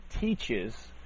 teaches